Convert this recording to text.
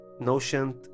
notion